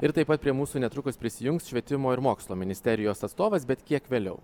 ir taip pat prie mūsų netrukus prisijungs švietimo ir mokslo ministerijos atstovas bet kiek vėliau